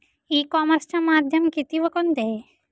E कॉमर्सचे माध्यम किती व कोणते?